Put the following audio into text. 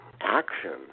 action